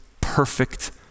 perfect